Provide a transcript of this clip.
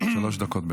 שלוש דקות.